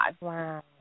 Wow